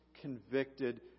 convicted